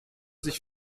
sich